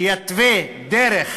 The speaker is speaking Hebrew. שיתווה דרך